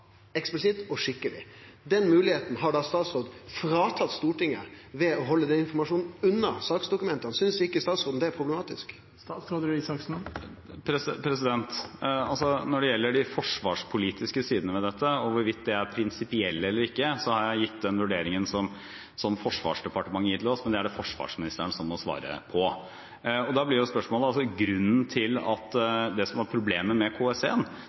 eksplisitt og skikkeleg. Den moglegheita har statsråden fråtatt Stortinget ved å halde denne informasjonen unna saksdokumenta. Synest ikkje statsråden det er problematisk? Når det gjelder de forsvarspolitiske sidene ved dette, og hvorvidt de er prinsipielle eller ikke, har jeg gitt den vurderingen som Forsvarsdepartementet har gitt oss, men dette er det forsvarsministeren som må svare på. Det som var problemet med KS1, var bl.a. at den ikke ivaretok Forsvarets behov på en god nok måte. Dette er også viktig i et forsvarspolitisk perspektiv. Det